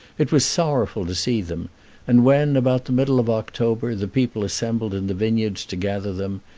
it was sorrowful to see them and when, about the middle of october, the people assembled in the vineyards to gather them,